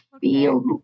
feel